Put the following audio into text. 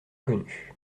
connu